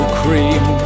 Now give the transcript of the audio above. cream